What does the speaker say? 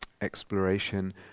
exploration